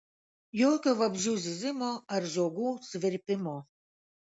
jokio vabzdžių zyzimo ar žiogų svirpimo